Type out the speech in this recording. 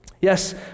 Yes